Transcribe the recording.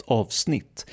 avsnitt